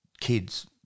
kids –